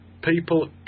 people